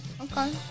okay